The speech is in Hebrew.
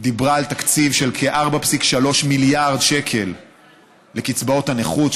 דיברה על תקציב של כ-4.3 מיליארד שקל לקצבאות הנכות,